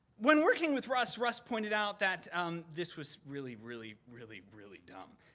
when working with russ, russ pointed out that this was really, really, really, really dumb.